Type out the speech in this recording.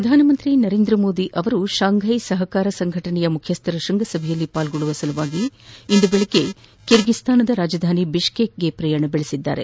ಪ್ರಧಾನಮಂತ್ರಿ ನರೇಂದ್ರ ಮೋದಿ ಅವರು ಶಾಂಘೈ ಸಹಕಾರ ಸಂಘಟನೆಯ ಮುಖ್ಯಸ್ಥರ ಶ್ಬಂಗಸಭೆಯಲ್ಲಿ ಭಾಗಿಯಾಗುವ ಸಲುವಾಗಿ ಇಂದು ಬೆಳಗ್ಗೆ ಕರ್ಗೀಸ್ತಾನದ ರಾಜಧಾನಿ ಬಿಷ್ಲೇಕ್ಗೆ ಪ್ರಯಾಣ ಬೆಳೆಸಿದರು